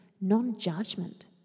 non-judgment